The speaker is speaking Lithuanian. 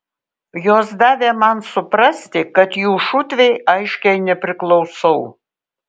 jos davė man suprasti kad jų šutvei aiškiai nepriklausau